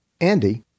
Andy